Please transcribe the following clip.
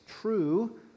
true